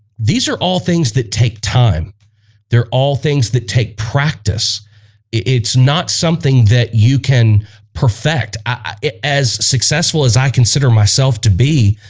these are all things that take time they're all things that take practice it's not something that you can perfect as successful as i consider myself to be